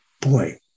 boy